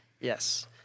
Yes